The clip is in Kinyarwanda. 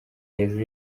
hejuru